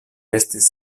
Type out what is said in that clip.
estis